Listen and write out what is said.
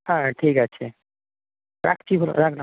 হ্যাঁ ঠিক আছে রাখছি রাখলাম